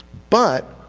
but,